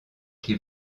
qui